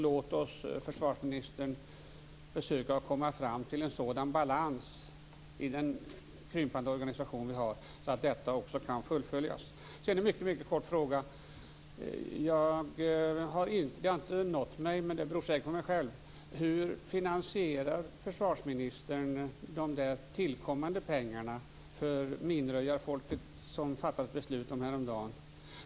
Låt oss, försvarsministern, försöka komma fram till en sådan balans i den krympande organisation vi har så att detta också kan fullföljas. Jag har också en mycket kort fråga. Det har inte nått mig - men det beror säkert på mig själv - hur försvarsministern finansierar de där tillkommande pengarna för minröjarfolket, som det fattades beslut om häromdagen.